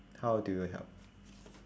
how do you help